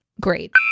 great